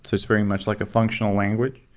so it's very much like a functional language.